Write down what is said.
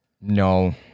No